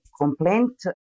complaint